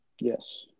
Yes